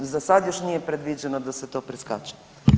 Za sad još nije predviđeno da se to preskače.